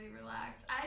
relaxed